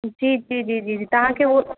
जी जी जी जी जी तव्हांखे उहो